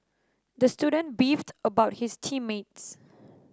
the student beefed about his team mates